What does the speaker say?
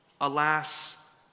Alas